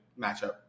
matchup